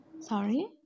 Sorry